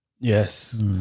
Yes